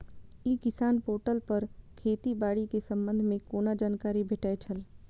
ई किसान पोर्टल पर खेती बाड़ी के संबंध में कोना जानकारी भेटय छल?